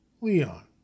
Leon